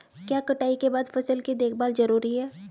क्या कटाई के बाद फसल की देखभाल जरूरी है?